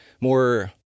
more